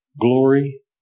glory